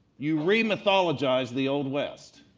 you re-mythologized the old west.